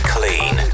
Clean